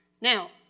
Now